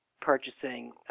purchasing